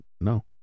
no